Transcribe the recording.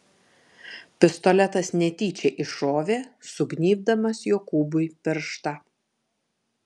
pistoletas netyčia iššovė sugnybdamas jokūbui pirštą